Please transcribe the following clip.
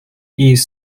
艺术